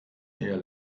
hier